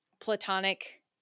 platonic